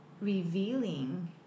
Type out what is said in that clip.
revealing